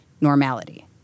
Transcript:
normality